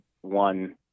one